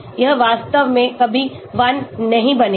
यह वास्तव में कभी 1 नहीं बनेगा